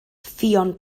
ffion